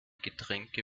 getränke